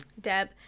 Deb